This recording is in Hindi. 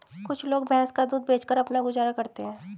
कुछ लोग भैंस का दूध बेचकर अपना गुजारा करते हैं